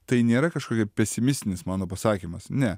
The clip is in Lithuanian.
tai nėra kažkokia pesimistinis mano pasakymas ne